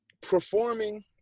performing